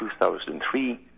2003